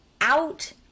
out